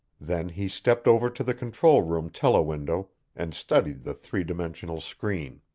then he stepped over to the control-room telewindow and studied the three-dimensional screen.